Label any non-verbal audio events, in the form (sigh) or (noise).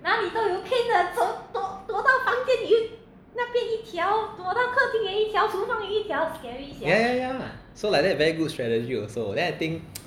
yeah yeah yeah so like that very good strategy also then I think (noise)